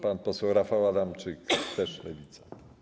Pan poseł Rafał Adamczyk, też Lewica.